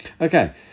Okay